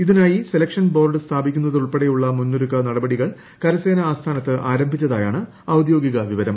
ഇതിനായി selection board സ്ഥാപിക്കുന്നതുൾപ്പെടെയുള്ള മുന്നൊരുക്ക നടപടികൾ കരസേനാ ആസ്ഥാനത്ത് ആരംഭിച്ചതായാണ് ഔദ്യോഗിക വിവരം